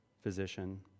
physician